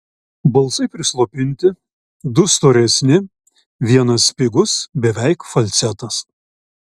balsai prislopinti du storesni vienas spigus beveik falcetas